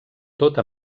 tota